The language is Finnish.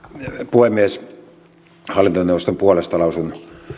puhemies hallintoneuvoston puolesta lausun